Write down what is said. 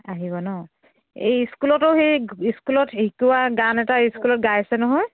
আহিব ন এই স্কুলতো সি স্কুলত শিকোৱা গান এটা স্কুলত গাইছে নহয়